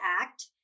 act